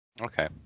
okay